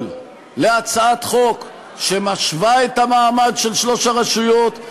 להצעת חוק שמשווה את המעמד של שלוש הרשויות,